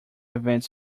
events